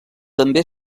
també